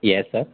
yes sir